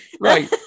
right